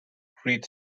grid